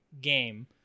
game